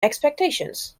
expectations